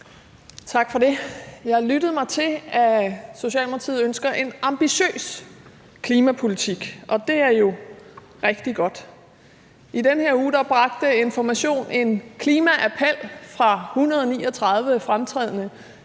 Tak for det. Jeg har lyttet mig til, at Socialdemokratiet ønsker en ambitiøs klimapolitik, og det er jo rigtig godt. I den her uge bragte Information en klimaappel fra 139 fremtrædende